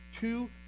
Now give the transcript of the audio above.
two